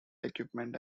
equipment